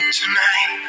tonight